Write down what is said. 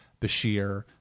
Bashir